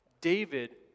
David